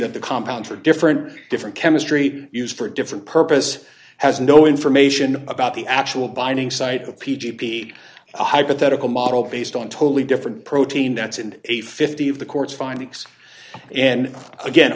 that the compound for different different chemistry used for different purposes has no information about the actual binding site of p g p a hypothetical model based on totally different protein that's in a fifty of the court's findings and again